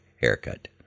haircut